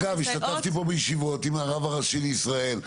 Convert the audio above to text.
ואגב השתתפתי פה בישיבות עם הרב הראשי בישראל,